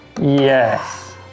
Yes